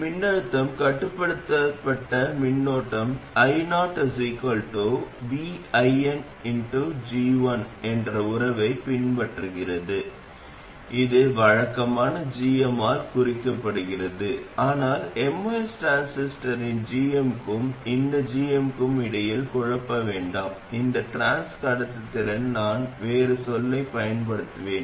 மின்னழுத்தம் கட்டுப்படுத்தப்பட்ட மின்னழுத்த மூலத்தைப் போலவே எந்த ஆதாயமும் இல்லாவிட்டாலும் இது தற்போதைய இடையகமாக இன்னும் பயனுள்ளதாக இருக்கும் அதாவது சில ஆதார எதிர்ப்பு RS உடன் இணையாக ஒரு நிறைவற்ற மின்னோட்டம் ii ஐ நாம் கொண்டிருந்தோம் என்று வைத்துக்கொள்வோம்